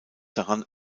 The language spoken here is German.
daran